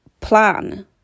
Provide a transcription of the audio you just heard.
plan